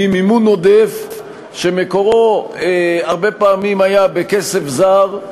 ממימון עודף שמקורו הרבה פעמים היה בכסף זר,